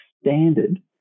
standard